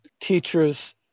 teachers